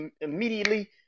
immediately